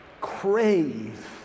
crave